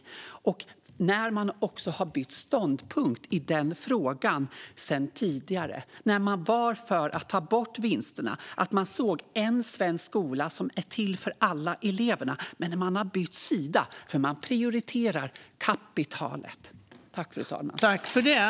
De har ju också bytt ståndpunkt i frågan sedan tidigare. Sverigedemokraterna var för att ta bort vinsterna och ville se en svensk skola som är till för alla elever. Men de har bytt sida, för de prioriterar kapitalet.